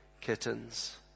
kittens